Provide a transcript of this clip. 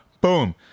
boom